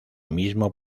mismo